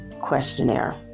questionnaire